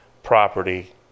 property